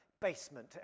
basement